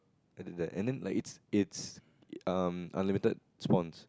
I did that and then it's it's um unlimited spawns